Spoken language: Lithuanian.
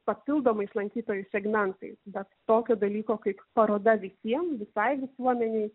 papildomais lankytojų segmentais bet tokio dalyko kaip paroda visiem visai visuomenei